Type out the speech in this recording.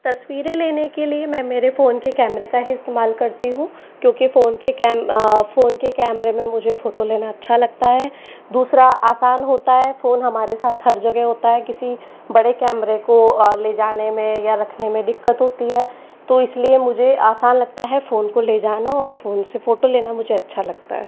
तस्वीरें लेने के लिए मैं मेरे फ़ोन के कैमरे का ही इस्तेमाल करती हूँ क्योंकि फ़ोन के कैम फ़ोन के कैमरे में मुझे फ़ोटो लेना अच्छा लगता है दूसरा आसान होता है फ़ोन हमारे साथ हर जगह होता है किसी बड़े कैमरे को ले जाने में या रखने में दिक्कत होती है तो इसलिए मुझे आसान लगता है फ़ोन को ले जाना और फ़ोन से फ़ोटो लेना मुझे अच्छा लगता है